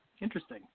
interesting